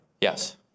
Yes